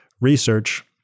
research